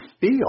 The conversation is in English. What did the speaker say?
feel